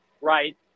right